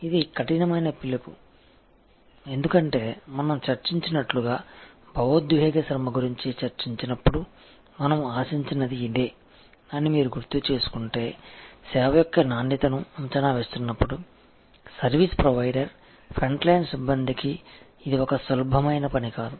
ఇది కఠినమైన పిలుపు ఎందుకంటే మనం చర్చించినట్లుగా భావోద్వేగ శ్రమ గురించి చర్చించినప్పుడు మనం ఆశించినది ఇదే అని మీరు గుర్తుచేసుకుంటే సేవ యొక్క నాణ్యతను అంచనా వేస్తున్నప్పుడు సర్వీస్ ప్రొవైడర్ ఫ్రంట్ లైన్ సిబ్బందికి ఇది ఒక సులభమైన పని కాదు